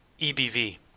ebv